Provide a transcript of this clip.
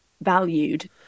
valued